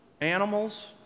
animals